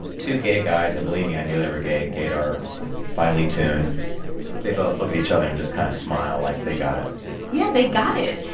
two gay guys and believe me, i knew they were gay, gaydar finally tuned they both look at each other and just kind of smile like they got it yeah, they got it.